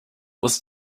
was